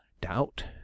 doubt